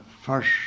first